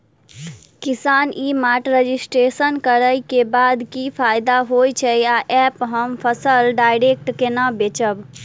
किसान e mart registration करै केँ बाद की फायदा होइ छै आ ऐप हम फसल डायरेक्ट केना बेचब?